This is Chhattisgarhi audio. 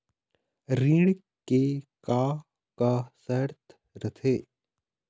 ऋण के का का शर्त रथे?